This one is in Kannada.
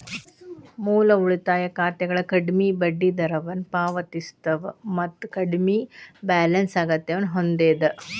ಮೂಲ ಉಳಿತಾಯ ಖಾತೆಗಳ ಕಡ್ಮಿ ಬಡ್ಡಿದರವನ್ನ ಪಾವತಿಸ್ತವ ಮತ್ತ ಕಡ್ಮಿ ಬ್ಯಾಲೆನ್ಸ್ ಅಗತ್ಯವನ್ನ ಹೊಂದ್ಯದ